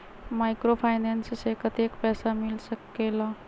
Microfinance से कतेक पैसा मिल सकले ला?